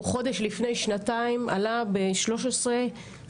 הוא חודש שלפני שנתיים עלה ב-13 אנשים